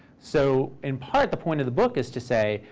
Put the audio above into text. so in part, the point of the book is to say,